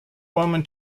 woman